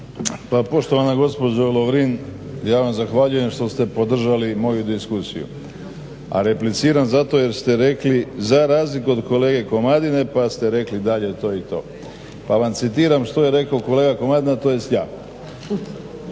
Pa poštovana gospođo Lovrin, ja vam zahvaljujem što ste podržali moju diskusiju. A repliciram zato jer ste rekli za razliku od kolege Komadine, pa ste rekli dalje to i to. Pa vam citiram što je rekao kolega Komadina, tj. ja: